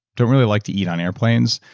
don't really like to eat on airplanes.